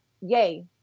Yay